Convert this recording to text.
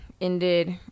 ended